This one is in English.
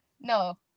no